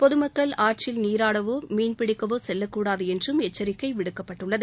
பொதுமக்கள் ஆற்றில் நீராடவோ மீன்பிடிக்கவோ செல்லக்கூடாது என்றும் எச்சரிக்கை விடுக்கப்பட்டுள்ளது